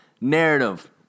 narrative